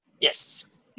Yes